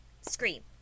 scream